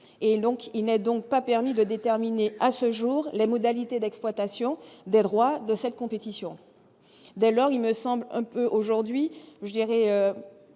et donc il n'est donc pas permis de déterminer à ce jour, les modalités d'exploitation de droits de cette compétition, dès lors, il me semble un peu aujourd'hui, je dirais,